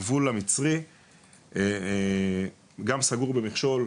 הגבול המצרי גם סגור במכשול,